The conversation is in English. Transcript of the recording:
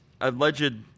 alleged